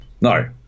No